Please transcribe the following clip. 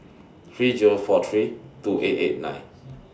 three Zero four three two eight eight nine